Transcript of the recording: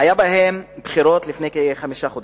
היו בחירות לפני כחמישה חודשים,